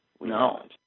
No